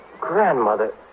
Grandmother